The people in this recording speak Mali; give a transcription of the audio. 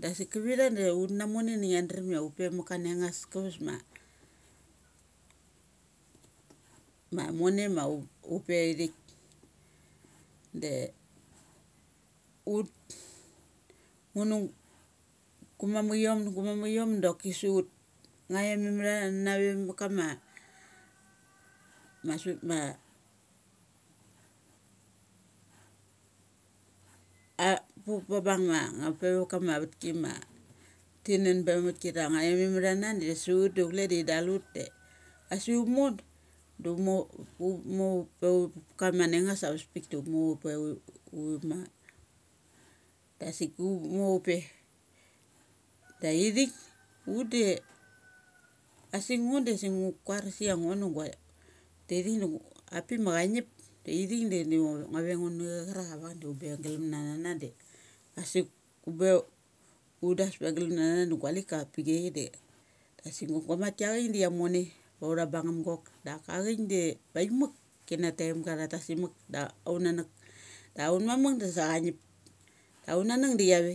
Da sik kivi tha da ut na mone da ngia dremkup me maka neung us kaches ma ma mone ma upe ithik da ut ngu nugunanekiom da gumamukiom doki su ut. Nga iom in matha na ve makama sut ma a puk ba bung ma ka ma vat ki ma ti nun be mutki. Da ngaiom in matha na da su ut du chule da in da thana da su ut da chule da asik umor da umor pa va ka ma nge ng ngas ava chaspik da upe uthi ma dasik umo upe. Da ithik ude asik ngo du ngu kuaras ia ngo du guo ta thik da a pik ma changip da ithik dai ni guavengu na charak avak da un be glum na na na de, a sik umbe un das pe glum na na gualika avapi chai da asik guamaki aik da chia mone va tha bung ngu magok daka paik muk kina taim ga tha tus im muk da an nuk. Da un na namuk da sa cha ngip. Da aunanuk da chi ave.